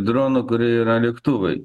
dronų kurie yra lėktuvai